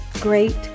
great